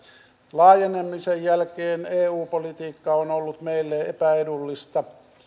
laajenemisen jälkeen eu politiikka on ollut meille epäedullista